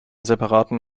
separaten